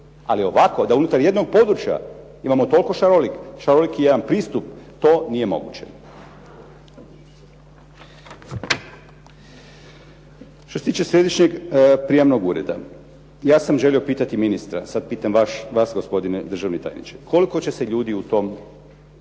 Ali ovako da unutar jednog područja imamo toliko šaroliki jedan pristup to nije moguće. Što se tiče Središnjeg prijamnog ureda, ja sam želio pitati ministra, sad pitam vas gospodine državni tajniče. Koliko će se ljudi u tom